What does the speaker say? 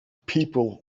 people